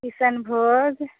किसनभोग